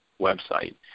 website